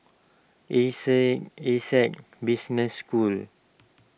E C Essec Business School